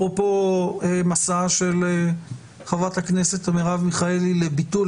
אפרופו מסע של חברת הכנסת מרב מיכאלי לביטול.